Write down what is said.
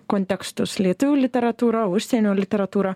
kontekstus lietuvių literatūrą užsienio literatūrą